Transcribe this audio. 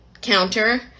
counter